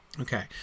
Okay